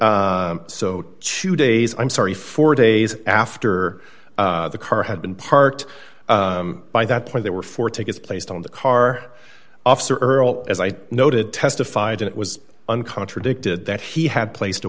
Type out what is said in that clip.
so two days i'm sorry four days after the car had been parked by that point there were four tickets placed on the car officer earl as i noted testified it was an contradicted that he had placed a